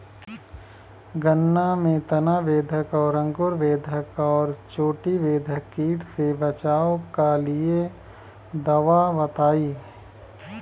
गन्ना में तना बेधक और अंकुर बेधक और चोटी बेधक कीट से बचाव कालिए दवा बताई?